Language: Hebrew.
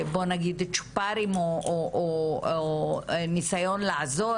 צ'ופרים או ניסיון לעזור,